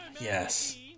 Yes